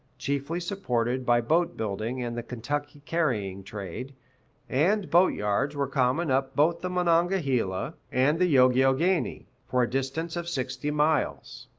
chiefly supported by boat-building and the kentucky carrying trade and boat-yards were common up both the monongahela and the youghiogheny, for a distance of sixty miles.